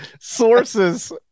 Sources